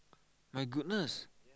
my goodness